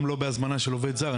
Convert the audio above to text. גם לא בהזמנה של עובד זר.